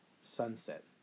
sunset